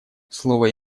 слово